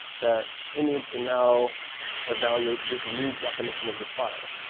that it needs to now evaluate this new definition of this file.